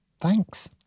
Thanks